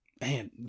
Man